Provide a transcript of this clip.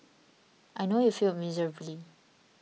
I know you failed miserably